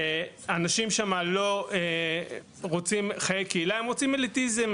אנשים שם לא רוצים חיי קהילה, הם רוצים אליטיזם.